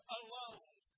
alone